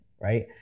right